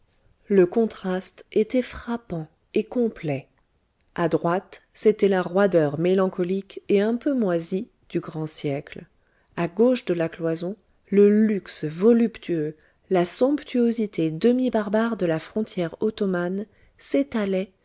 le contraste était frappant et complet a droite c'était la roideur mélancolique et un peu moisie du grand siècle à gauche de la cloison le luxe voluptueux la somptuosité demi barbare de la frontière ottomane